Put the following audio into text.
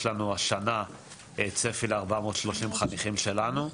יש לנו השנה צפי ל-430 חניכים שלנו,